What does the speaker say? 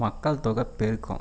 மக்கள்தொகை பெருக்கம்